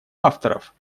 авторов